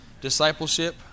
discipleship